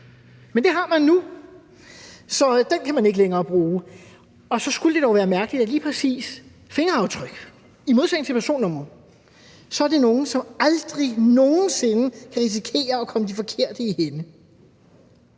Men det har man nu, så den kan man ikke længere bruge. Og så skulle det da være mærkeligt, hvis lige præcis fingeraftryk i modsætning til personnumre er noget, som aldrig nogen sinde kan risikere at komme de forkerte i hænde.